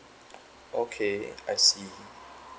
okay I see